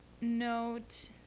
note